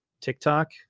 TikTok